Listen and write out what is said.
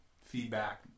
Feedback